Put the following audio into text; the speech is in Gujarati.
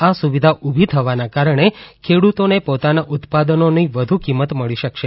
આ સુવિધા ઉભી થવાના કારણે ખેડૂતોને પોતાના ઉત્પાદનોની વધુ કિંમત મળી શકશે